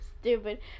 stupid